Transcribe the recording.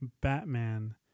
Batman